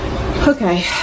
Okay